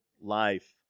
life